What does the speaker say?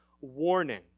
warning